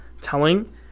telling